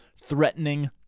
threatening